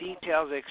details